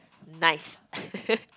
nice